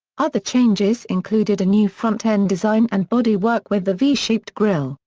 other changes included a new front-end design and bodywork with a v-shaped grille,